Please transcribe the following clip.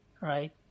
right